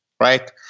right